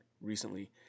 recently